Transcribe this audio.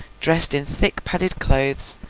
dressed in thick padded clothes,